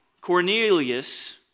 Cornelius